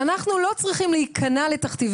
ואנחנו לא צריכים להיכנע לתכתיבי האוצר.